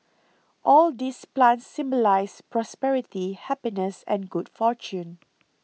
all these plants symbolise prosperity happiness and good fortune